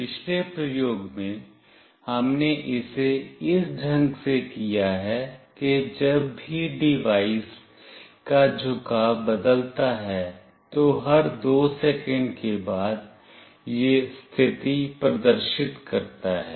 पिछले प्रयोग में हमने इसे इस ढंग से किया है कि जब भी डिवाइस का झुकाव बदलता है तो हर 2 सेकंड के बाद यह स्थिति प्रदर्शित करता है